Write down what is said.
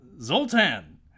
Zoltan